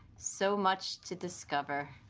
so much to discover.